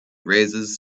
raises